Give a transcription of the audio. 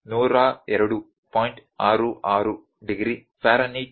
66 degree Fahrenheit